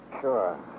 Sure